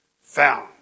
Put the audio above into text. Found